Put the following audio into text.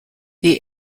this